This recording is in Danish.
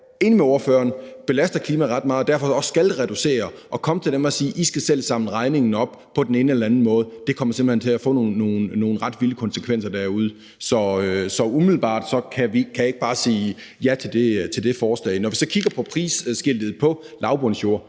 enig med ordføreren, belaster klimaet ret meget og derfor også skal reducere, og sige, at de selv skal samle regningen op på den ene eller den anden måde, kommer simpelt hen til at få nogle ret vilde konsekvenser derude. Så umiddelbart kan jeg ikke bare sige ja til det forslag. Når vi så kigger på prisskiltet på lavbundsjorder,